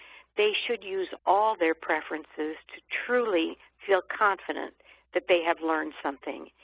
they should use all their preferences to truly feel confident that they have learned something.